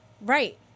right